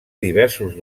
diversos